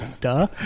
Duh